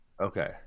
Okay